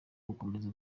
gukomeza